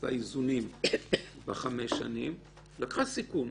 עשתה איזונים ב-5 שנים היא לקחה סיכון.